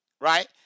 Right